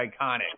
iconic